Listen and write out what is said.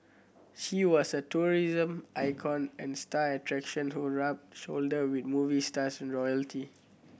she was a tourism icon and star attraction who rubbed shoulder with movie stars and royalty